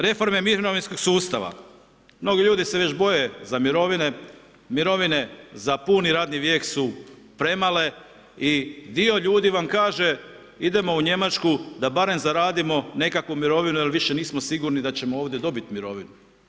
Reforme mirovinskog sustava, mnogi ljudi se već boje za mirovine, mirovine za puni radni vijek su premale i dio ljudi vam kaže idemo u Njemačku da barem zaradimo nekakvu mirovinu jer više nismo sigurni da ćemo ovdje dobiti mirovinu.